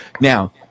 Now